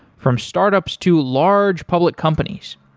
from start-ups to large public companies.